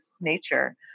nature